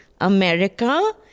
America